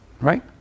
right